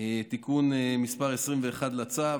תיקון מס' 21 לצו.